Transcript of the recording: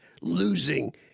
losing